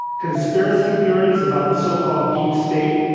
conspiracy theories about the so-called deep state,